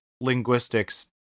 linguistics